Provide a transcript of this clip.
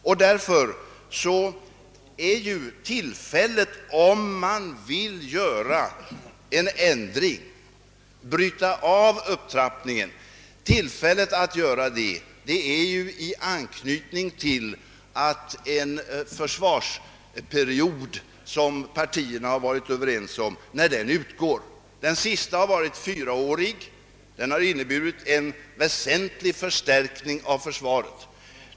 Och om man vill göra en ändring, om vi vill bryta av upptrappningen, så är ju tillfället att göra det när den försvarsperiod som partierna varit ense om utgår. Den senaste har varit fyraårig, och den har inneburit en väsentlig förstärkning av försvaret.